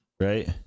right